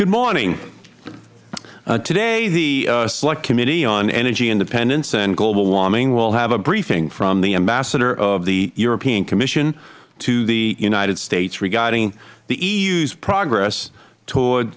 good morning today the select committee on energy independence and global warming will have a briefing from the ambassador of the european commission to the united states regarding the eu's progress toward